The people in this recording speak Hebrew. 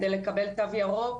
כדי לקבל תו ירוק,